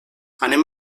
anem